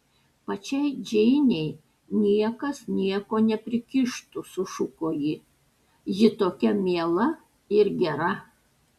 pačiai džeinei niekas nieko neprikištų sušuko ji ji tokia miela ir gera